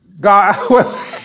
God